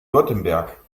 württemberg